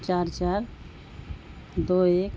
چار چار دو ایک